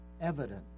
evident